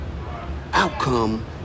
outcome